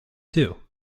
too